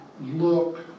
look